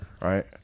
right